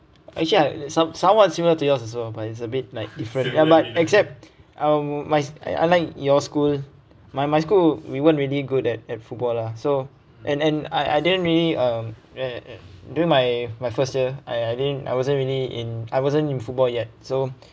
actually I some somewhat similar to yours also but it's a bit like different ya but except um my unlike your school my my school we weren't really good at at football lah so and and I I didn't really um uh during my my first year I I didn't I wasn't really in I wasn't in football yet so